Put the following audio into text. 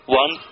one